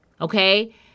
Okay